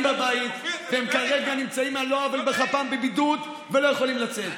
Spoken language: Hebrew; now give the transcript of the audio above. בבית והם כרגע נמצאים על לא עוול בכפם בבידוד ולא יכולים לצאת.